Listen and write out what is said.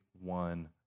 one